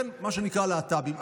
מה שנקרא להט"בים.